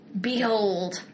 Behold